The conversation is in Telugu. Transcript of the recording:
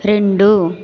రెండు